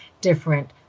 different